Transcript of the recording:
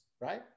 right